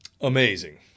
Amazing